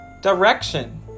direction